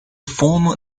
former